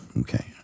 Okay